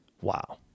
wow